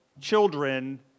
children